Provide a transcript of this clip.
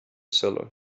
seller